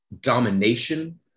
domination